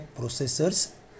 processors